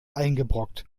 eingebrockt